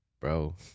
bro